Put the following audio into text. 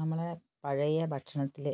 നമ്മൾ പഴയ ഭക്ഷണത്തിൽ